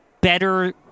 better